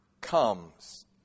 comes